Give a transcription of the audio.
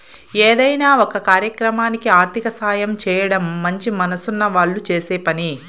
ఏదైనా ఒక కార్యక్రమానికి ఆర్థిక సాయం చేయడం మంచి మనసున్న వాళ్ళు చేసే పని